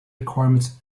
requirements